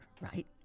right